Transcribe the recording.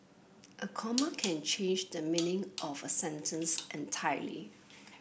a comma can change the meaning of a sentence entirely